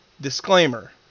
disclaimer